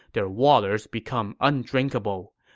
their waters become undrinkable.